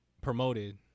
promoted